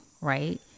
right